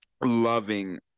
loving